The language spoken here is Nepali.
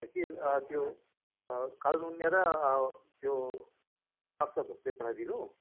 कि त्यो कालो नुनिया र त्यो बादसाह भोग चाहिँ पठाइदिनु